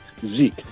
Zeke